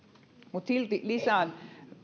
mutta silti lisään